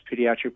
pediatric